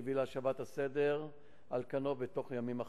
שהביא להשבת הסדר על כנו בתוך ימים אחדים.